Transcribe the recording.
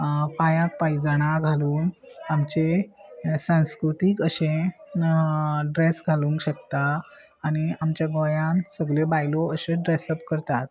पांयाक पायजाणां घालून आमचे सांस्कृतीक अशे ड्रेस घालूंक शकता आनी आमच्या गोंयान सगले बायलो अशे ड्रेसप करतात